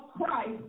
Christ